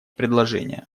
предложения